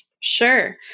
Sure